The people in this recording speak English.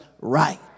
right